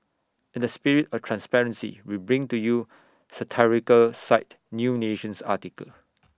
in the spirit of transparency we bring to you satirical site new nation's article